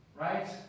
Right